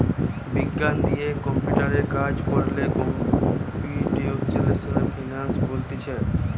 বিজ্ঞান দিয়ে কম্পিউটারে কাজ কোরলে কম্পিউটেশনাল ফিনান্স বলতিছে